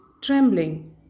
trembling